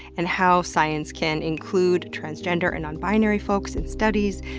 and how science can include transgender and non-binary folks in studies,